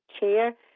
chair